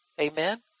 Amen